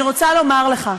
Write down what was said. אני רוצה לומר לך: